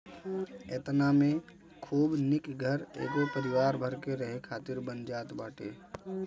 एतना में खूब निक घर एगो परिवार भर के रहे खातिर बन जात बाटे